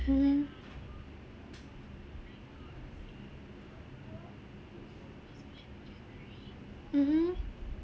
mmhmm mmhmm